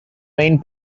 main